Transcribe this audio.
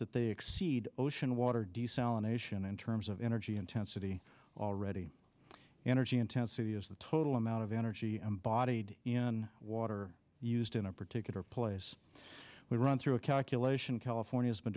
that they exceed ocean water desalination in terms of energy intensity already energy intensity is the total amount of energy bodied in water used in a particular place we run through a calculation california's been